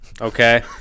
Okay